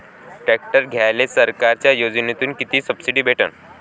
Tractor घ्यायले सरकारच्या योजनेतून किती सबसिडी भेटन?